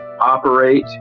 operate